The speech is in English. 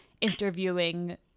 interviewing